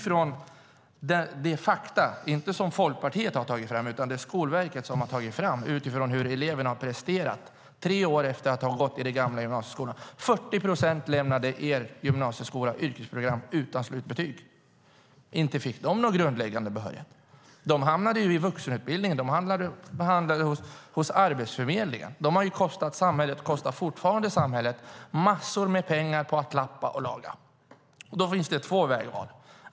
Skolverket, inte Folkpartiet, har tagit fram fakta om hur eleverna presterat tre år efter att ha gått i den gamla gymnasieskolan. Det var 40 procent som lämnade er gymnasieskolas yrkesprogram utan slutbetyg. De fick inte någon grundläggande behörighet. De hamnade i vuxenutbildningen och hos Arbetsförmedlingen. De har kostat samhället, och kostar fortfarande samhället, massor med pengar på att lappa och laga. Det finns två vägval.